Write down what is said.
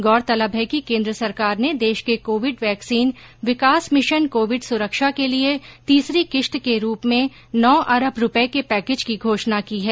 गौरतलब है कि केंद्र सरकार ने देश के कोविड वैक्सीन विकास मिशन कोविड सुरक्षा के लिए तीसरी किश्त के रूप में नौ अरब रुपये के पैकेज की घोषणा की है